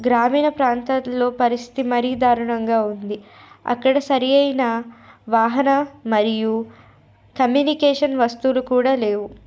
గ్రామీణ ప్రాంతల్లో పరిస్థితి మరీ దారుణంగా ఉంది అక్కడ సరియైన వాహన మరియు కమ్యూనికేషన్ వస్తువులు కూడా లేవు